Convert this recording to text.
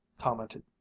commented